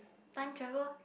time travel